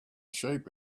sheep